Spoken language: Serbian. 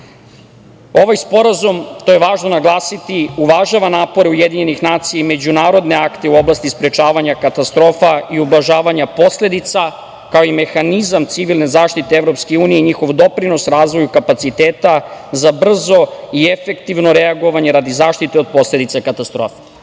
sporazum, to je važno naglasiti, uvažava napore UN i međunarodne akte u oblasti sprečavanja katastrofa i ublažavanja posledica, kao i mehanizam civilne zaštite EU i njihov doprinos razvoju kapaciteta za brzo i efektivno reagovanje radi zaštite od posledica katastrofa. Sporazum,